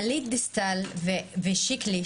גלית דיסטל, ושיקלי,